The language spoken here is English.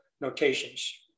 notations